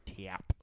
Tap